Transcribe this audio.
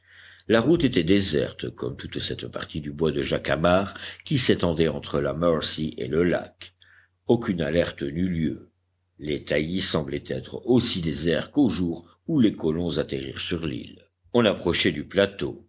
la route était déserte comme toute cette partie du bois de jacamar qui s'étendait entre la mercy et le lac aucune alerte n'eut lieu les taillis semblaient être aussi déserts qu'au jour où les colons atterrirent sur l'île on approchait du plateau